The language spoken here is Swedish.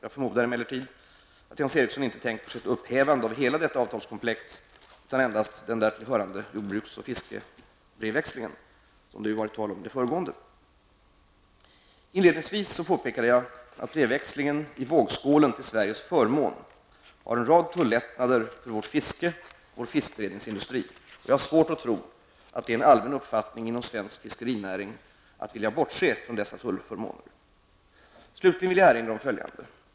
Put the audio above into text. Jag förmodar emellertid att Jens Eriksson inte tänker sig ett upphävande av hela detta avtalskomplex utan endast av den därtill hörande jordbruks och fiskebrevväxlingen, som det varit tal om i det föregående. Inledningsvis påpekade jag att brevväxlingen i vågskålen till Sveriges förmån har en rad tullättnader för vårt fiske och vår fiskberedningsindustri. Jag har svårt att tro att det är en allmän uppfattning inom svensk fiskerinäring att vilja borts efrån dessa tullförmåner. Slutligen vill jag erinra om följande.